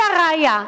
והראיה,